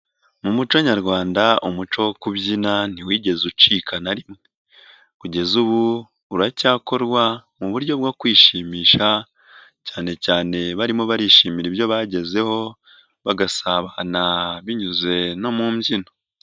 Mu muco Nyarwanda, umuco wo kubyina ntiwigeze ucika na rimwe, kugeza ubu uracyakorwa mu buryo bwo kwishimisha, cyane cyane barimo barishimira ibyo bagezeho, bagasabana binyuze no mu mbyino.